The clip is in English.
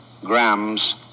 grams